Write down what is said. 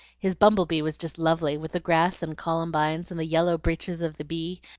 his bumble bee was just lovely with the grass and columbines and the yellow breeches of the bee.